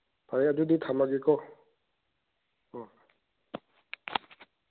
ꯐꯔꯦ ꯑꯗꯨꯗꯤ ꯊꯝꯃꯒꯦꯀꯣ